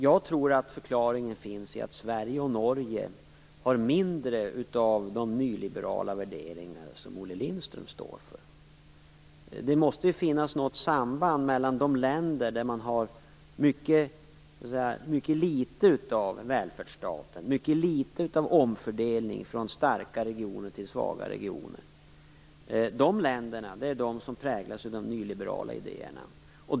Jag tror att förklaringen finns i att Sverige och Norge har mindre av de nyliberala värderingar som Olle Lindström står för. Det måste finnas något samband mellan de länder där man har mycket litet av välfärdsstat och mycket litet av omfördelning från starka regioner till svaga regioner. Det är de länder som präglas av de nyliberala idéerna.